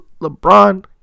LeBron